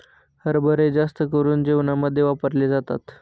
हरभरे जास्त करून जेवणामध्ये वापरले जातात